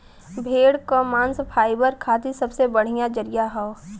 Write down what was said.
भेड़ क मांस फाइबर खातिर सबसे बढ़िया जरिया हौ